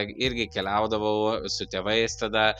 irgi keliaudavau su tėvais tada